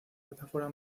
metáfora